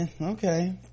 okay